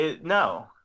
No